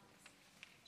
שלוש